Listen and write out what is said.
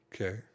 Okay